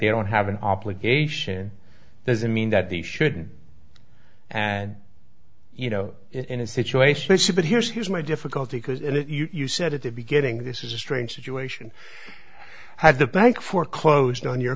they don't have an obligation doesn't mean that they shouldn't and you know in a situation it should but here's here's my difficulty because you said at the beginning this is a strange situation had the bank foreclosed on your